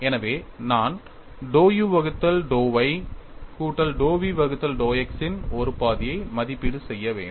எனவே நான் dou u வகுத்தல் dou y கூட்டல் dou v வகுத்தல் dou x ன் ஒரு பாதியை மதிப்பீடு செய்ய வேண்டும்